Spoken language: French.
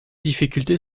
difficulté